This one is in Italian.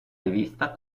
rivista